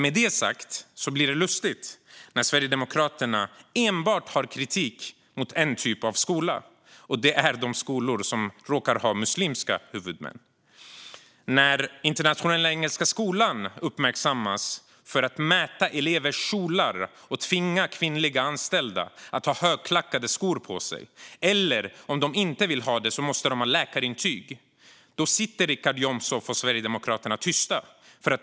Med det sagt blir det lustigt när Sverigedemokraterna enbart har kritik mot en typ av skola, nämligen de skolor som råkar ha muslimska huvudmän. När Internationella Engelska Skolan uppmärksammas för att mäta elevers kjolar och tvinga kvinnliga anställda att ha högklackade skor på sig - om de inte vill ha det måste de ha läkarintyg - sitter Richard Jomshof och Sverigedemokraterna tysta.